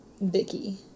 Vicky